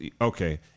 okay